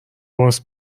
باس